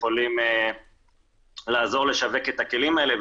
ויכולים לעזור לשווק את הכלים האלה,